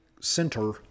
center